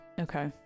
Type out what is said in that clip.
Okay